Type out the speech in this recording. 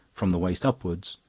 from the waist upwards,